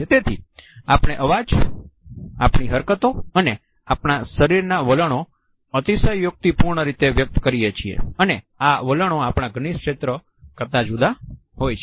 તેથી આપણે અવાજ આપણી હરકતો અને આપણા શરીરના વલણો અતિશયોક્તિપૂર્ણ રીતે વ્યક્ત કરીએ છીએ અને આ વલણો આપણા ઘનિષ્ઠ ક્ષેત્ર કરતા જુદા હોય છે